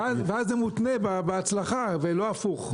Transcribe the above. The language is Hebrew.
ואז זה מותנה בהצלחה ולא הפוך.